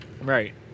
Right